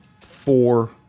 four